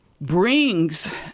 brings